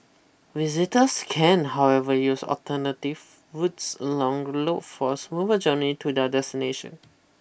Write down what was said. visitors can however use alternative routes along the loop for a smoother journey to their destination